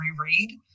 reread